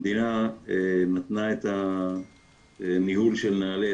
המדינה נתנה את הניהול של נעל"ה,